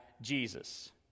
Jesus